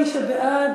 מי שבעד,